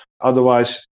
Otherwise